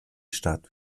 stadt